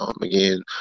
Again